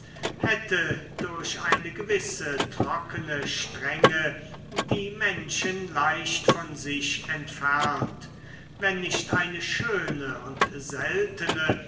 hätte durch eine gewisse trockene strenge die menschen leicht von sich entfernt wenn nicht eine schöne und seltene